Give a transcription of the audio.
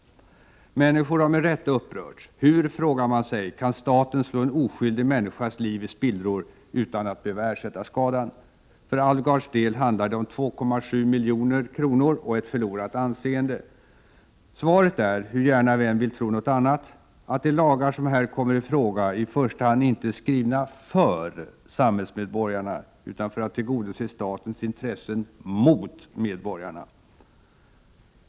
Människor har med rätta upprörts. Hur — frågar man sig — kan staten slå en oskyldig människas liv i spillror utan att behöva ersätta skadan? För Alvgards del handlade det om 2,7 miljoner kronor och ett förlorat anseende. Svaret är — hur gärna vi än vill tro något annat — att de lagar som här kommer i fråga i första hand inte är skrivna för samhällsmedborgarna, utan för att tillgodose statens intressen mot medborgarna.